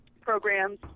programs